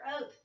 oath